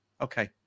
Okay